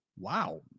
Wow